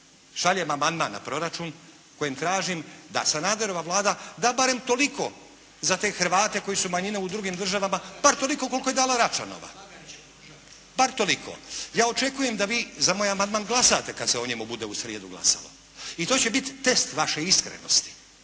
šaljem amandman na proračun kojim tražim da Sanaderova Vlada da barem toliko za te Hrvatske koji su manjina u drugim državama, bar toliko koliko je dala Račanova. …/Upadica se ne čuje./… Bar toliko. Ja očekujem da vi za moj amandman glasate kad se o njemu bude u srijedu glasalo. I to će bit test vaše iskrenosti